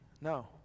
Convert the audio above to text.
No